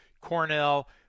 Cornell